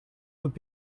would